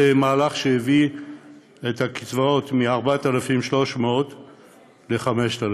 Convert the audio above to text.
זה מהלך שהביא את הקצבאות מ-4,300 ל-5,000.